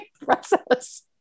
process